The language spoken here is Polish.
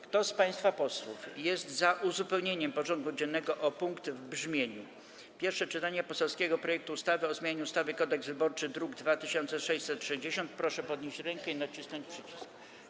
Kto z państwa posłów jest za uzupełnieniem porządku dziennego o punkt w brzmieniu: Pierwsze czytanie poselskiego projektu ustawy o zmianie ustawy Kodeks wyborczy, druk nr 2660, proszę podnieść rękę i nacisnąć przycisk.